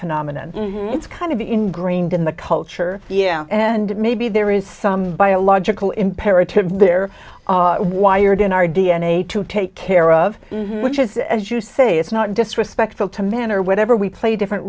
phenomenon it's kind of ingrained in the culture yeah and maybe there is some biological imperative there wired in our d n a to take care of which is as you say it's not disrespectful to men or whatever we play different